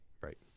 Right